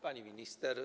Pani Minister!